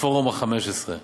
בפורום ה-15.